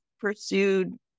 pursued